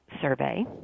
survey